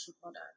product